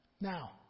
Now